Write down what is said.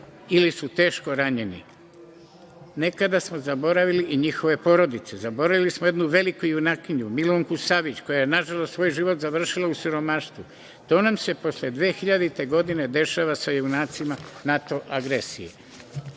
ili su teško ranjeni. Nekada smo zaboravili i njihove porodice, zaboravili smo jednu veliku junakinju, Milunku Savić koja je nažalost svoj život završila u siromaštvu. To nam se posle 2000. godine dešava sa junacima NATO